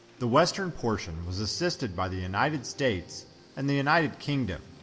the western portion was assisted by the united states and the united kingdom,